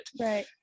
Right